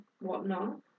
whatnot